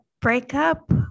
breakup